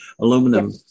aluminum